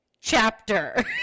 chapter